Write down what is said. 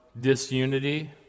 disunity